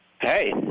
hey